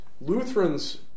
Lutherans